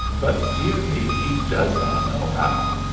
but, dear me! he does not know how.